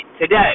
today